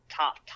top